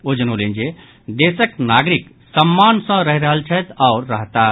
ओ जनौलनि जे देशक नागरिक सम्मान सँ रहि रहल छथि आओर रहताह